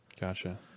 Gotcha